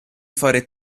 fare